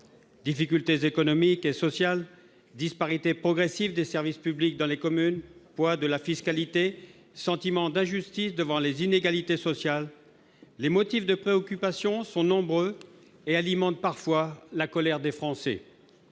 Difficultés économiques et sociales, disparition progressive des services publics dans les communes, poids de la fiscalité, sentiment d'injustice devant les inégalités sociales : les motifs de préoccupation sont nombreux et alimentent parfois la colère des Français.